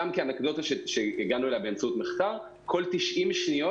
אנקדוטה שהגענו אליה באמצעות מחקר: כל 90 שניות